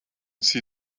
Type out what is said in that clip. see